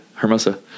hermosa